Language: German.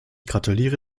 gratuliere